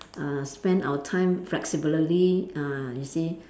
uh spend our time flexibly ah you see